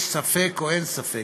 יש ספק או אין ספק.